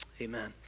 amen